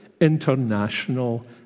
international